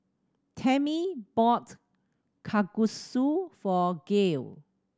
Tammi bought Kalguksu for Gael